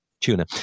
tuna